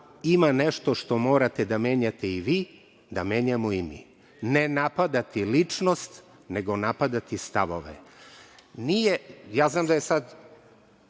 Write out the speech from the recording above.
ima ništo što morate da menjate i vi, da menjamo i mi, ne napadati ličnost, nego napadati stavove. Nije, ja znam da je sad